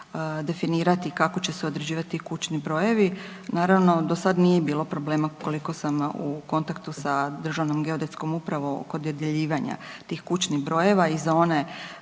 definirati kako će se određivati kućni brojevi. Naravno, do sad nije bilo problema, koliko sam u kontaktu sa Državnom geodetskom upravom oko dodjeljivanja tih kućnih brojeva i za one